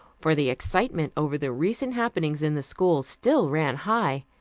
for the excitement over the recent happenings in the school still ran high.